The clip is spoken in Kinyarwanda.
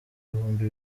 bihumbi